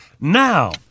now